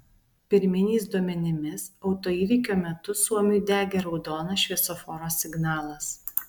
pirminiais duomenimis autoįvykio metu suomiui degė raudonas šviesoforo signalas